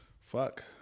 fuck